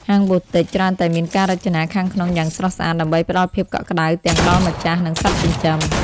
ហាង Boutique ច្រើនតែមានការរចនាខាងក្នុងយ៉ាងស្រស់ស្អាត ដើម្បីផ្ដល់ភាពកក់ក្ដៅទាំងដល់ម្ចាស់ និងសត្វចិញ្ចឹម។